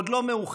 עוד לא מאוחר.